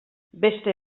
beste